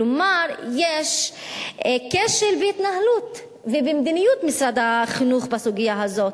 כלומר יש כשל בהתנהלות ובמדיניות של משרד החינוך בסוגיה הזאת.